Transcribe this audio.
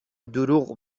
دروغ